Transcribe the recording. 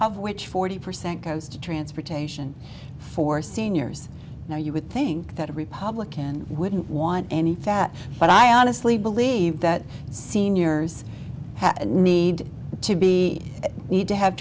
of which forty percent goes to transportation for seniors now you would think that a republican wouldn't want any fat but i honestly believe that seniors need to be need to have